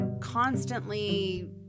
constantly